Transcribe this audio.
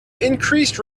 increased